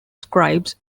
scribes